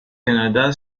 canada